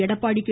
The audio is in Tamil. எடப்பாடி கே